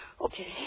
okay